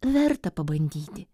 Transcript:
verta pabandyti